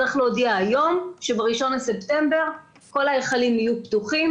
צריך להודיע היום שב-1 בספטמבר כל ההיכלים יהיו פתוחים